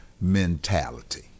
mentality